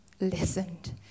listened